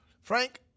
Frank